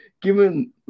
given